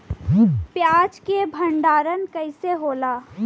प्याज के भंडारन कइसे होला?